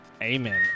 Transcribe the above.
Amen